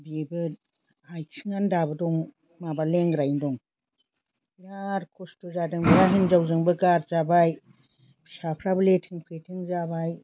बिबो आथिङानो दाबो दङ माबा लेंग्रायैनो दं बिराद खस्थ' जादों हिनजावजोंबो गारजाबाय फिसाफ्राबो लेथें फेथें जाबाय